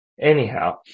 Anyhow